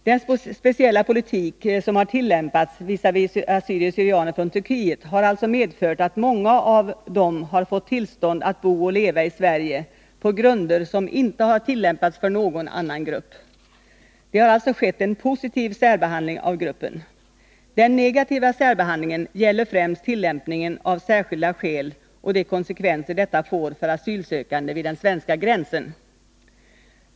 Den speciella politik som har tillämpats visavi assyrier/syrianer från Turkiet har alltså medfört att många av dem har fått tillstånd att bo och leva i Sverige på grunder som inte har tillämpats för någon annan grupp. Det har alltså skett en ”positiv särbehandling” av gruppen. Den ”negativa särbehandlingen” gäller främst tillämpningen av ”särskilda skäl” och de konse kvenser detta får för asylsökande vid den svenska gränsen.